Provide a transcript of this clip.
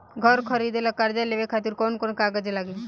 घर खरीदे ला कर्जा लेवे खातिर कौन कौन कागज लागी?